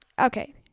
Okay